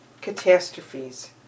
catastrophes